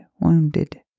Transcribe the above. wounded